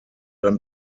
dann